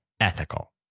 ethical